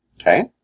Okay